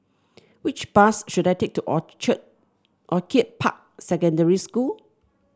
which bus should I take to Orchar Orchid Park Secondary School